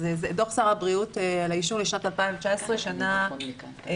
דו"ח שר הבריאות על העישון לשנת 2019. הדו"ח